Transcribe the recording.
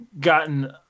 gotten